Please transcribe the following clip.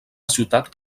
ciutat